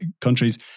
countries